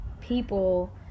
people